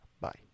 Bye